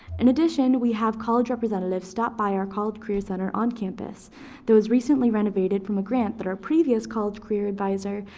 in addition, we have college representatives stop by our college career center on campus that was recently renovated from a grant that our previous college career advisor,